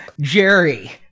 Jerry